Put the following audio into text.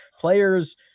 players